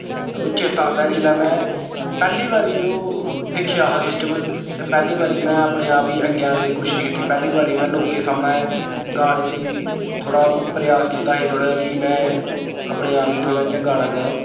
ओह् चेत्ता औंदा जिसलै में पैह्ली बारी ओह् दिक्खेआ हा सिस्टम ते पैह्ली बारी में अपने आप गी अग्गें आने दी कोशश कीती पैह्ली बारी में लोकें सामनै गाने दी थोह्ड़ा प्रयास कीता ही थोह्ड़ा कि में अपने आप गी में थोह्ड़ा इ'यां गाना गां